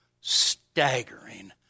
staggering